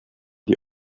die